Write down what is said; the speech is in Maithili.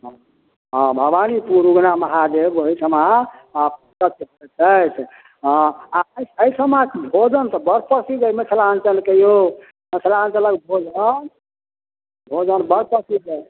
हँ हँ भवानीपुर उगना महादेव ओहिठाम प्रसिद्ध छथि हँ आओर एहि सबमे भोजन तऽ बड़ प्रसिद्ध अछि मिथिलाञ्चलके यौ मिथिलाञ्चलके भोजन भोजन बड़ प्रसिद्ध अछि